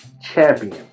champion